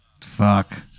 fuck